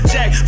Jack